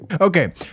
okay